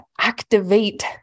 activate